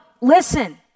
Listen